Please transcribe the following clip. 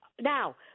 Now